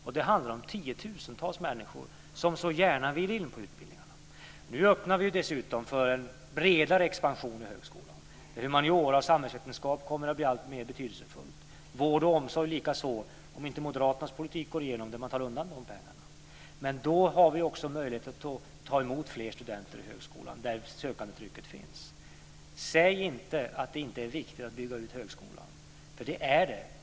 Och det handlar om tiotusentals människor som gärna vill in på utbildningarna. Nu öppnar vi dessutom för en bredare expansion i högskolan där humaniora och samhällsvetenskap kommer att bli alltmera betydelsefulla, likaså vård och omsorg, om inte Moderaternas politik går igenom där man tar undan dessa pengar. Men då har vi också möjlighet att ta emot fler studenter i högskolan där sökandetrycket finns. Säg inte att det inte är viktigt att bygga ut högskolan, för det är det.